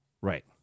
Right